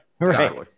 Right